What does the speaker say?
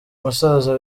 musaza